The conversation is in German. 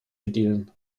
bedienen